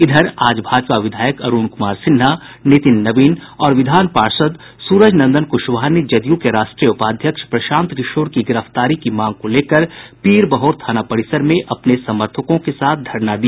इधर आज भाजपा विधायक अरुण कुमार सिन्हा नितिन नवीन और विधान पार्षद सूरज नंदन कुशवाहा ने जदयू के राष्ट्रीय उपाध्यक्ष प्रशांत किशोर की गिरफ्तारी की मांग को लेकर पीरबहोर थाना परिसर में अपने समर्थकों के साथ धरना दिया